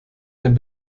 dem